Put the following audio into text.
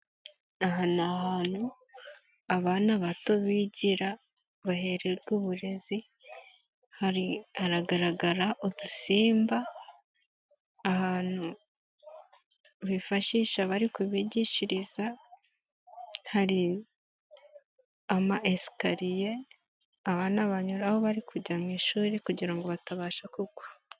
Aha ni ahantu abana bato bigira, bahererwa uburezi, hari haragaragara udusimba, ahantu bifashisha bari kugishiriza, hari ama esikariye abana banyuraho bari kujya mu ishuri kugira ngo batabasha kugwa.